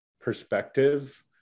perspective